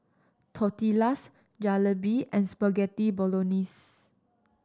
Tortillas Jalebi and Spaghetti Bolognese